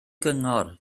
gyngor